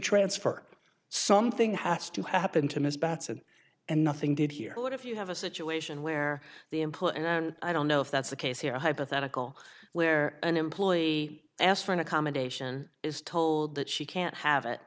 transfer something has to happen to miss bateson and nothing did here but if you have a situation where the employer and i don't know if that's the case here a hypothetical where an employee asked for an accommodation is told that she can't have it